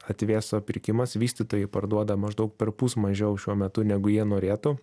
atvėso pirkimas vystytojai parduoda maždaug perpus mažiau šiuo metu negu jie norėtų